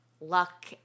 luck